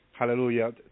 hallelujah